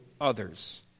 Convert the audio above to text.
others